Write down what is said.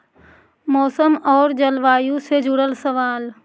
मौसम और जलवायु से जुड़ल सवाल?